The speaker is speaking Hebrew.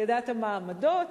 ידעת מה העמדות,